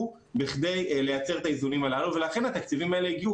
בכדי לייצר את האיזונים הללו ולכן התקציבים האלה הגיעו